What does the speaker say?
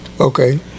Okay